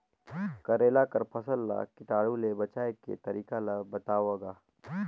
करेला कर फसल ल कीटाणु से बचाय के तरीका ला बताव ग?